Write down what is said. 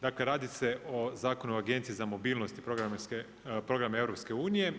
Dakle radi se o zakonu o Agenciji za mobilnost i programe EU.